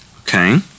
Okay